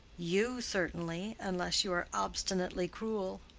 you, certainly, unless you are obstinately cruel.